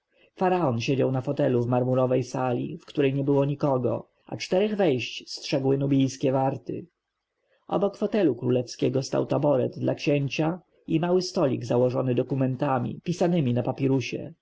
faraon siedział na fotelu w marmurowej sali w której nie było nikogo a czterech wejść strzegły nubijskie warty obok fotelu królewskiego stał taboret dla księcia i mały stolik założony dokumentami pisanemi na papirusie na